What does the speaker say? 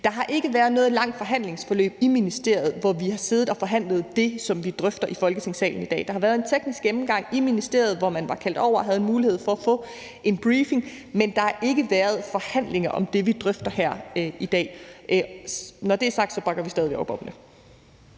Der har ikke været noget langt forhandlingsforløb i ministeriet, hvor vi har siddet og forhandlet det, som vi drøfter i Folketingssalen i dag. Der har været en teknisk gennemgang i ministeriet, hvor man var kaldt over og havde en mulighed for at få en briefing, men der har ikke været forhandlinger om det, vi drøfter her i dag. Når det er sagt, bakker vi stadig op